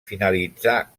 finalitzà